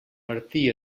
martí